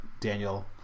Daniel